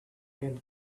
had